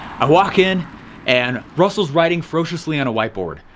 i walk in and russell's writing ferociously on a whiteboard.